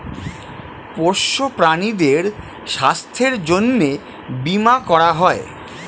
পোষ্য প্রাণীদের স্বাস্থ্যের জন্যে বীমা করা হয়